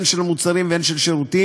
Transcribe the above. הן של מוצרים והן של שירותים,